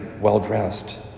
well-dressed